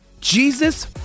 jesus